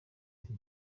nti